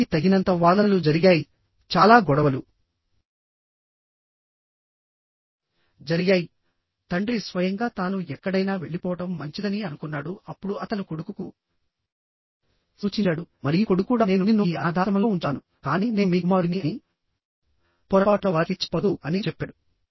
వారికి తగినంత వాదనలు జరిగాయి చాలా గొడవలు జరిగాయి తండ్రి స్వయంగా తాను ఎక్కడైనా వెళ్లిపోవడం మంచిదని అనుకున్నాడు అప్పుడు అతను కొడుకుకు సూచించాడు మరియు కొడుకు కూడా నేను నిన్ను ఈ అనాథాశ్రమంలో ఉంచుతాను కానీ నేను మీ కుమారుడిని అని పొరపాటున వారికి చెప్పవద్దు అని చెప్పాడు